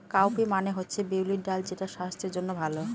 cowpea মানে হচ্ছে বিউলির ডাল যেটা স্বাস্থ্যের জন্য ভালো